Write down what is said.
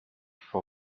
for